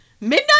midnight